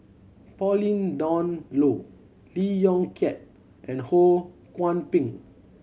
Pauline Dawn Loh Lee Yong Kiat and Ho Kwon Ping